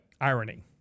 irony